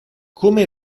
come